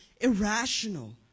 irrational